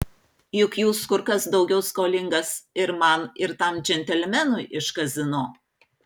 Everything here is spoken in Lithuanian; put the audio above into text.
juk jūs kur kas daugiau skolingas ir man ir tam džentelmenui iš kazino